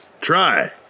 Try